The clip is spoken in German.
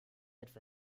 etwa